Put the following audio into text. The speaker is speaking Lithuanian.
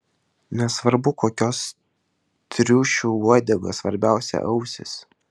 nesvarbu kokios triušių uodegos svarbiausia ausys